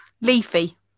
leafy